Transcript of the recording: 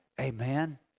Amen